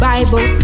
Bible